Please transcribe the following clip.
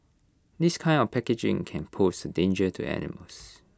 this kind of packaging can pose danger to animals